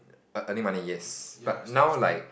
ear~ earning money yes but now like